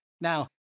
Now